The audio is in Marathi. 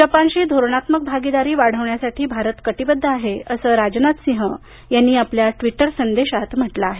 जपानशी धोरणात्मक भागीदारी वाढवण्यासाठी भारत कटीबद्ध आहे असं राजनाथ सिंह यांनी ट्विटर संदेशात म्हटलं आहे